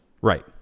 right